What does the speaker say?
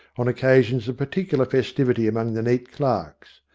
on occasions of particular festivity among the neat clerks,